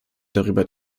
darüber